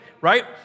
right